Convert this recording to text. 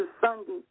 Sunday